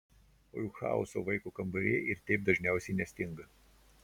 o juk chaoso vaiko kambary ir taip dažniausiai nestinga